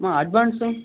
மா அட்வான்ஸ்ஸுங்க